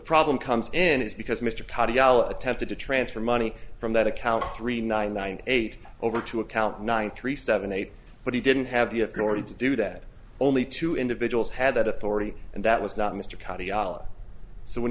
problem comes in is because mr katyal attempted to transfer money from that account three nine nine eight over to account nine three seven eight but he didn't have the authority to do that only two individuals had that authority and that was not mr